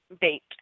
date